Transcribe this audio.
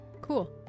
cool